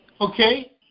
Okay